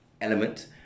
element